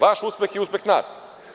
Vaš uspeh je uspeh nas.